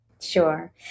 Sure